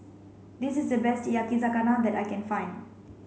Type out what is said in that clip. this is the best Yakizakana that I can find